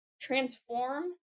transform